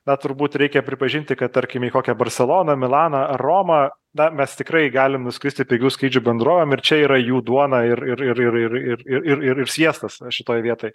na turbūt reikia pripažinti kad tarkim į kokią barseloną milaną romą dar mes tikrai galim nuskristi pigių skrydžių bendrovėm ir čia yra jų duona ir ir ir ir ir ir ir ir ir ir ir sviestas šitoj vietoj